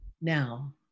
now